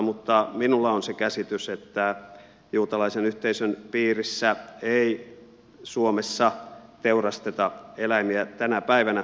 mutta minulla on se käsitys että juutalaisen yhteisön piirissä ei suomessa teurasteta eläimiä tänä päivänä